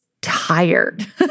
tired